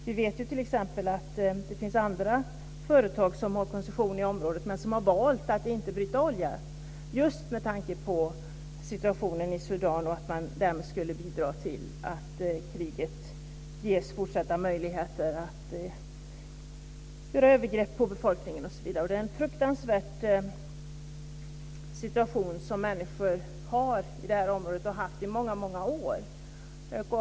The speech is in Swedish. Vi vet ju t.ex. att det finns andra företag som har koncession i området men som har valt att inte utvinna olja - just med tanke på situationen i Sudan och att man därmed skulle bidra till fortsatta möjligheter för kriget, med avseende på övergrepp på befolkningen osv. Människor i området har, och har i många år haft, en fruktansvärd situation.